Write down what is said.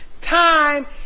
time